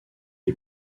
les